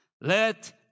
Let